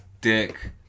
Dick